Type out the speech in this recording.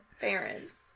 parents